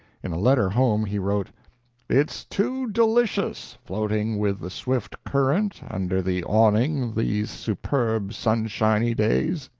in a letter home, he wrote it's too delicious, floating with the swift current under the awning these superb, sunshiny days,